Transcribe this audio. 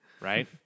right